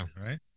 right